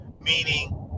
meaning